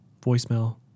Voicemail